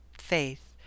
faith